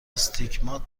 آستیگمات